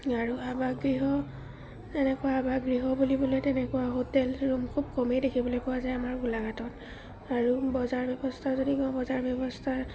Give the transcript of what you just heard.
আৰু আৱাস গৃহ এনেকুৱা আৱাসগৃহ বুলিবলৈ তেনেকুৱা হোটেল ৰুম খুব কমেই দেখিবলৈ পোৱা যায় আমাৰ গোলাঘাটত আৰু বজাৰ ব্যৱস্থা যদি কওঁ বজাৰ ব্যৱস্থা